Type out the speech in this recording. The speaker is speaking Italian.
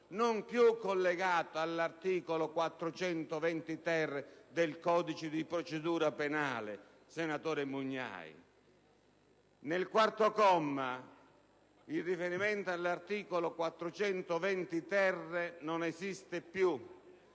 non più collegato all'articolo 420-*ter* del codice di procedura penale, senatore Mugnai. Nel comma 4 il riferimento all'articolo 420-*ter* non esiste più: